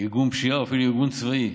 ארגון פשיעה, או ארגון צבאי,